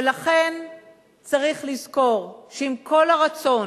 ולכן צריך לזכור, שעם כל הרצון